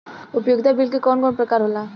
उपयोगिता बिल के कवन कवन प्रकार होला?